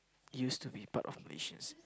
used to be part of Malaysia